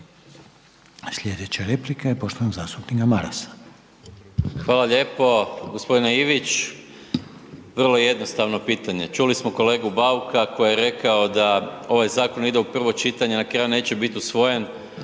Slijedeća replika je poštovanog zastupnika Marasa. **Maras, Gordan (SDP)** Hvala lijepo. g. Ivić, vrlo jednostavno pitanje. Čuli smo kolegu Bauka koji je rekao da ovaj zakon ide u prvo čitanje, na kraju neće bit usvojen,